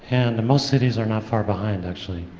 and most cities are not far behind, actually.